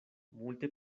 multe